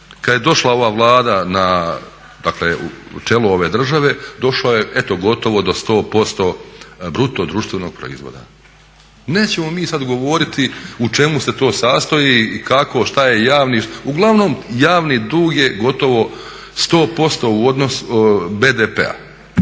kad je došla ova Vlada na čelo ovo države došla je eto gotovo do 100% bruto društvenog proizvoda. Nećemo mi sad govoriti u čemu se to sastoji i kako šta je javno, uglavnom javni dug je gotovo 100% BDP-a,